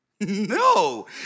No